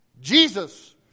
Jesus